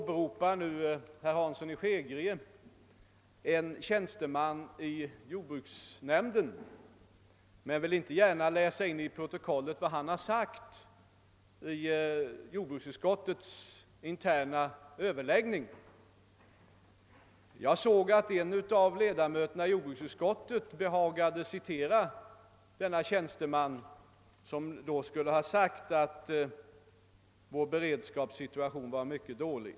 Herr Hansson i Skegrie åberopar här en tjänsteman i jordbruksnämnden, men vill inte gärna läsa in i protokollet vad han har sagt vid jordbruksutskottets interna överläggningar. En annan av ledamöterna i jordbruksutskottet behaga de emellertid citera denne tjänsteman, som skulle ha ansett att vår beredskapssituation var mycket dålig.